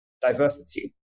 diversity